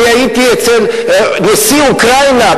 אני הייתי אצל נשיא אוקראינה,